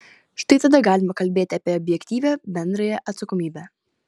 štai tada galima kalbėti apie objektyvią bendrąją atsakomybę